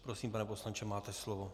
Prosím, pane poslanče, máte slovo.